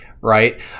right